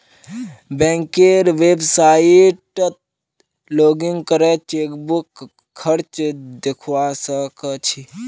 बैंकेर website login करे chequebook खर्च दखवा स ख छि